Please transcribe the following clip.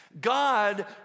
God